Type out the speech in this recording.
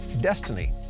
destiny